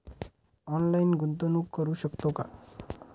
Online गुंतवणूक करू शकतो का?